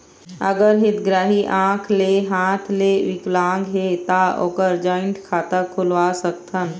अगर हितग्राही आंख ले हाथ ले विकलांग हे ता ओकर जॉइंट खाता खुलवा सकथन?